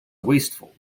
wasteful